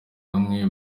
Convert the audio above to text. bamwe